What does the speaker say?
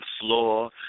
floor